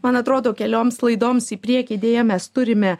man atrodo kelioms laidoms į priekį deja mes turime